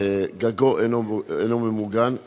גגו אינו ממוגן,